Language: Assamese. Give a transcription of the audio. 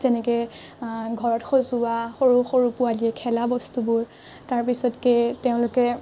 যেনেকৈ ঘৰত সজোৱা সৰু সৰু পোৱালীয়ে খেলাবস্তুবোৰ তাৰপিছতকে তেওঁলোকে